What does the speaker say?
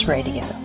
Radio